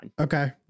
Okay